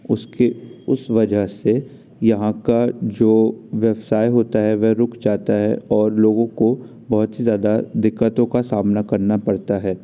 उसके उस वजह से यहाँ का जो व्यवसाय होता है वह रुक जाता है और लोगों को बहुत से ज़्यादा दिक्कतों का सामना करना पड़ता है